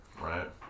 right